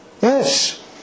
Yes